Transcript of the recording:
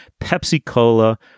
Pepsi-Cola